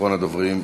ואחרון הדוברים,